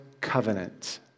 covenant